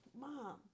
Mom